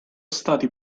stati